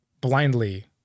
blindly